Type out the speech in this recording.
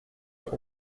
der